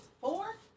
four